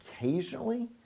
occasionally